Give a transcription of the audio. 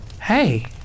hey